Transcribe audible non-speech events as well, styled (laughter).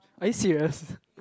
are you serious (laughs)